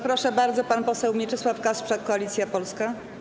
Proszę bardzo, pan poseł Mieczysław Kasprzak, Koalicja Polska.